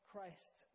christ